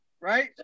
Right